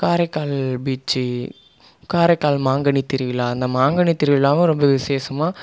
Karaikal beach Karaikal மாங்கனி திருவிழா இந்த மாங்கனி திருவிழாவும் ரொம்ப விசேஷமாக சூப்பராக இருக்கும்